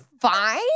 fine